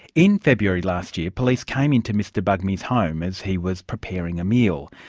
in february last year, police came into mr bugmy's home as he was preparing a meal,